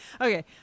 okay